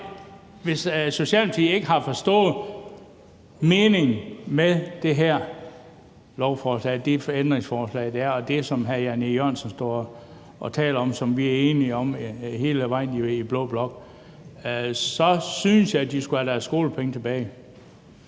hvis Socialdemokratiet ikke har forstået meningen med det her lovforslag, med ændringsforslaget, og det, som hr. Jan E. Jørgensen står og taler om, og som vi jo i blå blok hele vejen igennem er enige om, at jeg synes, at de skulle have deres skolepenge tilbage.